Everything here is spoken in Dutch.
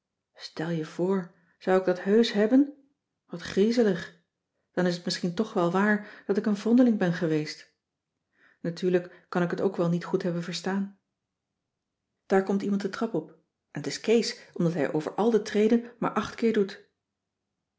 stel je voor zou ik dat heusch hebben wat griezelig dan is het misschien toch wel waar dat ik een vondeling ben geweest natuurlijk kan ik het ook wel niet goed hebben verstaan daar komt iemand de trap op en het is kees omdat hij over al de treden maar acht keer doet